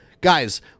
Guys